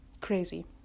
Crazy